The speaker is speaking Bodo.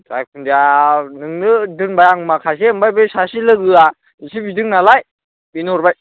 जायखुनुजाया नोंनो दोनबाय आं माखासे आमफ्राय बे सासे लोगोआ इसे बिदों नालाय बिनो हरबाय